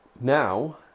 now